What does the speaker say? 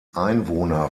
einwohner